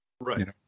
Right